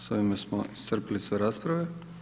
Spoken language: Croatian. Sa ovime smo iscrpili sve rasprave.